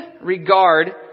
regard